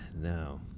No